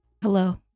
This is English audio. Hello